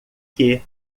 que